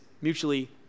mutually